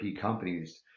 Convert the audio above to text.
companies